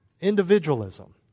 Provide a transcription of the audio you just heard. Individualism